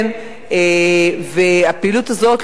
הפעילות הזאת,